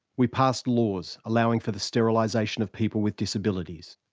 we passed laws allowing for the sterilisation of people with disabilities.